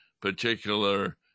particular